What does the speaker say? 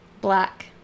Black